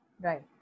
Right